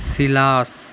శిలాస్